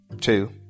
two